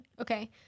Okay